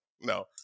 No